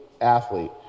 athlete